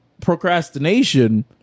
procrastination